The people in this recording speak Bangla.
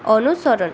অনুসরণ